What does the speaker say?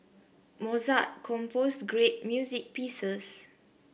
Mozart composed great music pieces